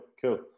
cool